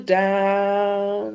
down